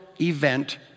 event